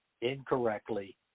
incorrectly